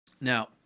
Now